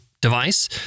device